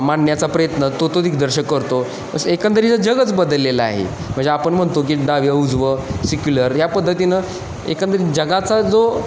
मांडण्याचा प्रयत्न तो तो दिग्दर्शक करतो असं एकंदरीत जगच बदललेलं आहे म्हणजे आपण म्हणतो की डावं उजवं सिकलर या पद्धतीनं एकंदरीत जगाचा जो